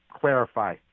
clarify